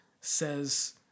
says